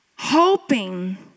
Hoping